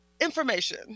information